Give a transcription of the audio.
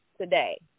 today